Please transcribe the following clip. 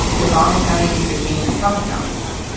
obama counties became trump counties.